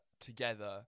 together